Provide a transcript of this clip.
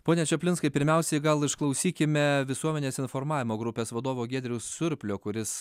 pone čaplinskai pirmiausiai gal išklausykime visuomenės informavimo grupės vadovo giedriaus surplio kuris